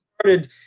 started